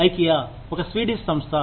IKEA ఒక Swedish సంస్థ